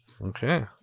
Okay